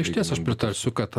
išties aš pritarsiu kad